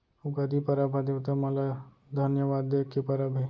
उगादी परब ह देवता मन ल धन्यवाद दे के परब हे